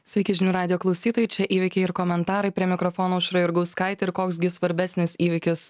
sveiki žinių radijo klausytojai čia įvykiai ir komentarai prie mikrofono aušra jurgauskaitė ir koks gi svarbesnis įvykis